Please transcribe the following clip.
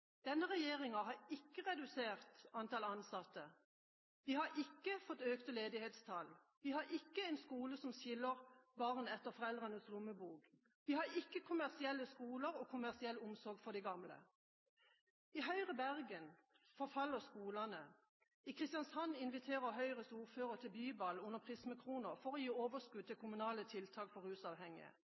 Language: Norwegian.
Denne regjeringa har ikke redusert antall ansatte, vi har ikke fått økte ledighetstall, vi har ikke en skole som skiller barn etter foreldrenes lommebok, vi har ikke kommersielle skoler eller kommersiell omsorg for de gamle. I Høyre-styrte Bergen forfaller skolene, i Kristiansand inviterer Høyres ordfører til byball under prismekroner for å gi overskudd til kommunale tiltak for rusavhengige.